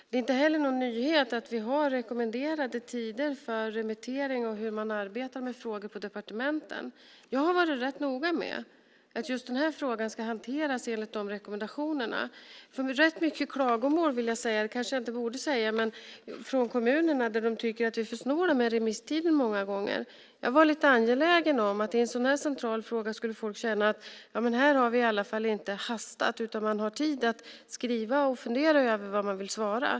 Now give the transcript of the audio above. Det är inte heller någon nyhet att vi har rekommenderade tider för remittering och hur man arbetar med frågor på departementen. Jag har varit noga med att denna fråga ska hanteras enligt de rekommendationerna. Det har varit rätt mycket klagomål - det kanske jag inte borde säga - från kommunerna som tycker att vi många gånger är för snåla med remisstiden. Jag har varit angelägen om att i en sådan här central fråga ska folk känna att vi inte hastar utan att de har tid att skriva och fundera över vad de vill svara.